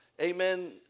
amen